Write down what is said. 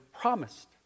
promised